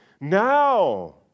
now